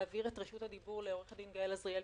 להעביר את רשות הדיבור לעו"ד גאל עזריאל,